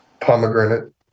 Pomegranate